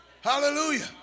Hallelujah